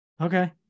Okay